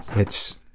it's.